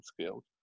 skills